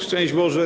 Szczęść Boże!